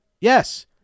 yes